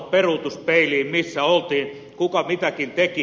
missä oltiin kuka mitäkin teki